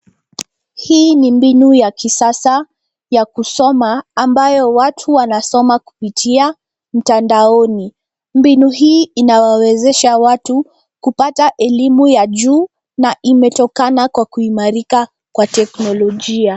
Hii ni mbinu ya kisasa ya kusoma ambayo watu wanasoma kupitia mtandaoni. Mbinu hii inawawezesha watu kupata elimu ya juu na imetokana kwa kuimarika kwa teknolojia.